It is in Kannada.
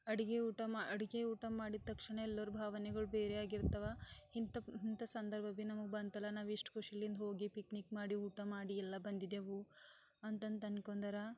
ಅಡ್ಗೆ ಊಟ ಮಾ ಅಡ್ಗೆ ಊಟ ಮಾಡಿದ ತಕ್ಷಣ ಎಲ್ಲರ ಭಾವನೆಗಳು ಬೇರೆ ಆಗಿರ್ತಾವ ಇಂಥ ಇಂಥ ಸಂದರ್ಭ ಭಿ ನಮಗೆ ಬಂತಲ್ಲ ನಾವು ಎಷ್ಟು ಖುಷಿಲಿಂದ ಹೋಗಿ ಪಿಕ್ನಿಕ್ ಮಾಡಿ ಊಟ ಮಾಡಿ ಎಲ್ಲ ಬಂದಿದ್ದೆವು ಅಂತಂತಂದ್ಕೊಂಡಾರ